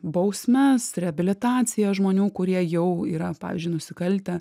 bausmes reabilitaciją žmonių kurie jau yra pavyzdžiui nusikaltę